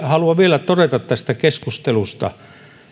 haluan vielä todeta tästä keskustelusta